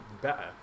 better